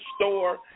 store